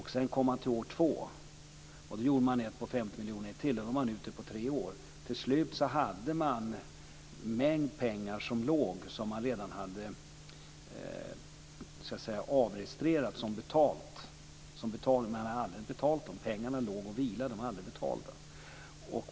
Sedan kom man till år två. Då utformade man ett projekt på 50 miljoner till och lade ut det på tre år. Till slut hade man en mängd pengar som redan hade så att säga avregistrerats som betalda, men de hade aldrig betalats. Pengarna låg och vilade. De var aldrig betalda.